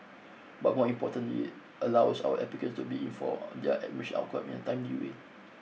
but more importantly allows our applicants to be informed their admission outcome in a timely way